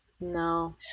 no